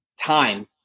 time